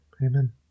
Amen